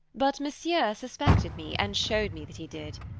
but monsieur suspected me and showed me that he did.